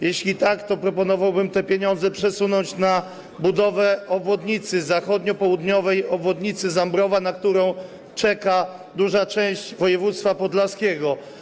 Jeśli tak, to proponowałbym te pieniądze przesunąć na budowę zachodnio-południowej obwodnicy Zambrowa, na którą czeka duża część województwa podlaskiego.